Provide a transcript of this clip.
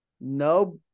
No